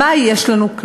מה כן יש לנו?